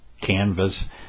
canvas